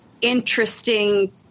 interesting